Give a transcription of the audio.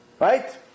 right